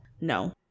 no